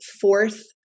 fourth